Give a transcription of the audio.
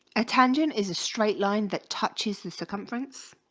a tangent is a straight line that touches the circumference